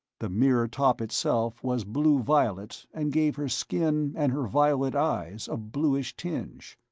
the mirror-top itself was blue-violet and gave her skin and her violet eyes a bluish tinge.